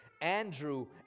Andrew